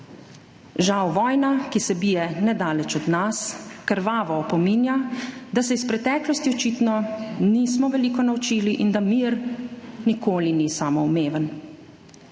Žal, vojna, ki se bije nedaleč od nas, krvavo opominja, da se iz preteklosti očitno nismo veliko naučili in da mir nikoli ni samoumeven.